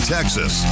Texas